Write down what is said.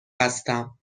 هستم